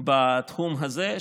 בתחום הזה,